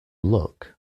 look